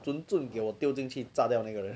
zhun zhun 给我丢进去炸到那个人